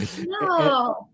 no